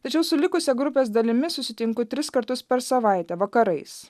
tačiau su likusia grupės dalimi susitinku tris kartus per savaitę vakarais